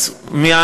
שנתיים.